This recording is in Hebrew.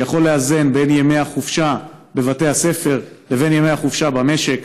שיכול לאזן בין ימי החופשה בבתי הספר לבין ימי החופשה במשק,